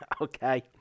okay